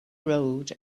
road